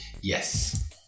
Yes